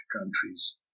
countries